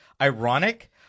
ironic